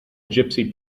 gypsy